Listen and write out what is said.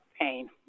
pain